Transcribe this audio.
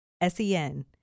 S-E-N